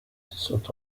sont